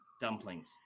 dumplings